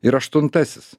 ir aštuntasis